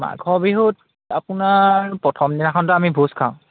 মাঘৰ বিহুত আপোনাৰ প্ৰথম দিনাখনতো আমি ভোজ খাওঁ